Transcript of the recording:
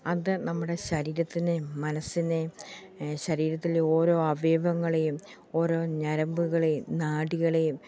അത് നമ്മുടെ ശരീരത്തിനേയും മനസ്സിനേയും ശരീരത്തിലേ ഓരോ അവയവങ്ങളെയും ഓരോ ഞരമ്പുകളെയും നാഡികളെയും